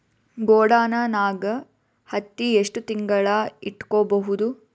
ಗೊಡಾನ ನಾಗ್ ಹತ್ತಿ ಎಷ್ಟು ತಿಂಗಳ ಇಟ್ಕೊ ಬಹುದು?